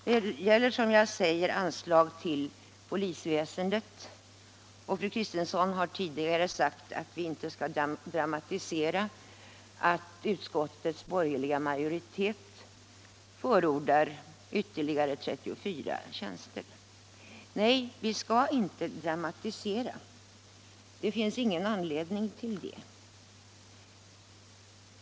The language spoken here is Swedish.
Det gäller, som jag sagt, anslag till polisväsendet, och fru Kristensson har tidigare sagt att vi inte skall dramatisera att utskottets borgerliga majoritet förordar ytterligare 34 tjänster, Nej, vi skall inte dramatisera, det finns ingen anledning till det.